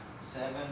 seven